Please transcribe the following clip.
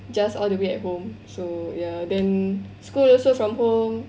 just all the way at home so ya then school also from home